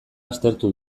aztertu